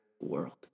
world